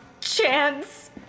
chance